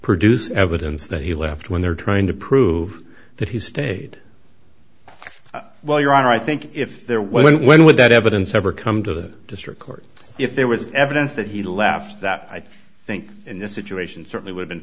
produce evidence that he left when they're trying to prove that he stayed well your honor i think if there was one would that evidence ever come to the district court if there was evidence that he left that i think in this situation certainly would